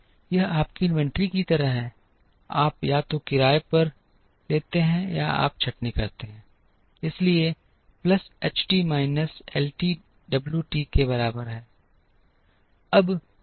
यह आपकी इन्वेंट्री की तरह है आप या तो किराए पर लेते हैं या आप छंटनी करते हैं इसलिए plus H T minus L T W T के बराबर है